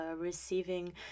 receiving